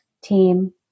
team